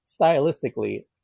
stylistically